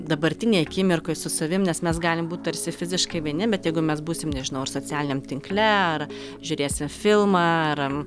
dabartinėj akimirkoj su savim nes mes galim būt tarsi fiziškai vieni bet jeigu mes būsim nežinau ar socialiniam tinkle ar žiūrėsim filmą ar